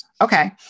Okay